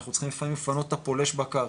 אנחנו צריכים לפעמים לפנות את הפולש בקרקע,